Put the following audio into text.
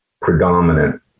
predominant